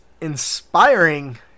inspiring